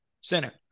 Center